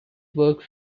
works